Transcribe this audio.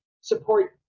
support